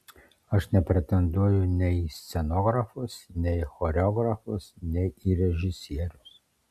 aš nepretenduoju nei į scenografus nei į choreografus nei į režisierius